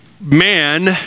Man